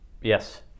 Yes